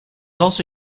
also